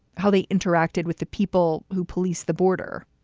how they interacted with the people who police the border.